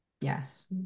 Yes